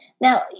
now